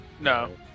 no